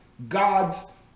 God's